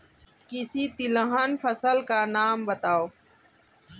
किसी तिलहन फसल का नाम बताओ